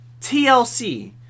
TLC